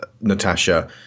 Natasha